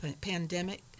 pandemic